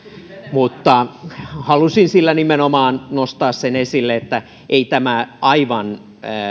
mutta halusin sillä nimenomaan nostaa esille sen että ei tämä aivan